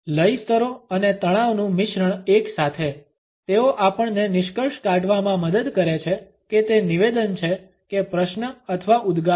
લયસ્તરો અને તણાવનું મિશ્રણ એક સાથે તેઓ આપણને નિષ્કર્ષ કાઢવામાં મદદ કરે છે કે તે નિવેદન છે કે પ્રશ્ન અથવા ઉદ્ગાર